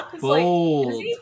bold